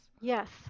Yes